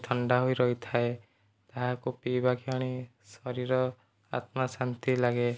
ଥଣ୍ଡା ହୋଇ ରହିଥାଏ ତାହାକୁ ପିଇବା କ୍ଷଣି ଶରୀର ଆତ୍ମା ଶାନ୍ତି ଲାଗେ